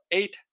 eight